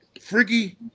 Freaky